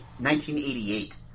1988